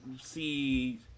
see